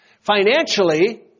Financially